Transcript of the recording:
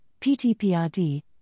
PTPRD